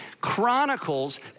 chronicles